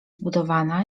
zbudowana